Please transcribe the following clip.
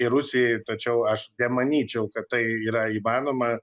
ir rusijai tačiau aš nemanyčiau kad tai yra įmanoma